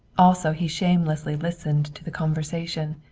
also he shamelessly listened to the conversation,